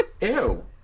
Ew